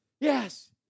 Yes